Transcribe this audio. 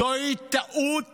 זוהי טעות